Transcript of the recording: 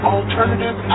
Alternative